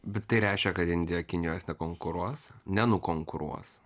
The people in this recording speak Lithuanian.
bet tai reiškia kad indija kinijos nekonkuruos nenukonkuruos